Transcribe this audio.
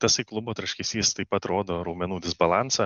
tasai klubo traškesys taip pat rodo raumenų disbalansą